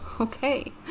Okay